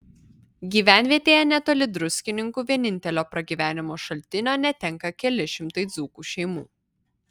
gyvenvietėje netoli druskininkų vienintelio pragyvenimo šaltinio netenka keli šimtai dzūkų šeimų